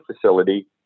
facility